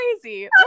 crazy